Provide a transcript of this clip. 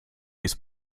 ist